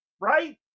right